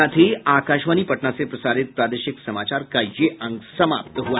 इसके साथ ही आकाशवाणी पटना से प्रसारित प्रादेशिक समाचार का ये अंक समाप्त हुआ